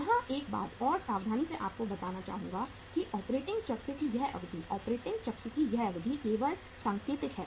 यहां एक बात और सावधानी से आपको बताना चाहूंगा कि ऑपरेटिंग चक्र की यह अवधि ऑपरेटिंग चक्र की यह अवधि केवल सांकेतिक है